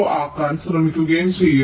ആക്കാൻ ശ്രമിക്കുകയും ചെയ്യുന്നു